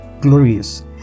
glorious